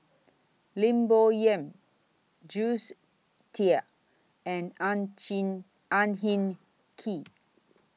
Lim Bo Yam Jules Itier and Ang Ang Hin Kee